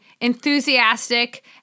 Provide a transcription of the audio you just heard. enthusiastic